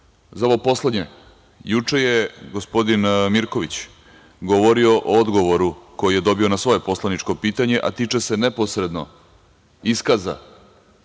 za ovo poslednje, juče je gospodin Mirković, govorio o odgovoru koje je dobio na svoje poslaničko pitanje, a tiče se neposrednog iskaza